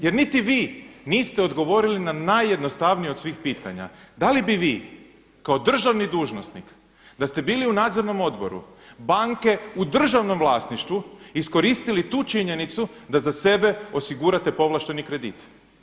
Jer niti vi niste odgovorili na najjednostavnije od svih pitanja, da li bi vi kao državni dužnosnik da ste bili u nadzornom odboru banke u državnom vlasništvu iskoristili tu činjenicu da za sebe osigurate povlašteni kredit?